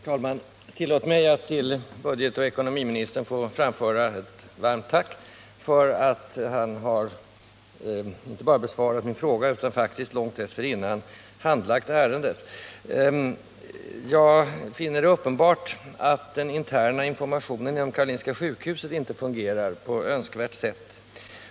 Herr talman! Tillåt mig att till budgetoch ekonomiministern få framföra ett varmt tack för att han inte bara besvarat min fråga utan också faktiskt långt dessförinnan handlagt ärendet. Det är uppenbart att den interna informationen inom Karolinska sjukhuset inte fungerar på önskvärt sätt.